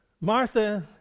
Martha